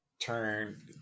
turn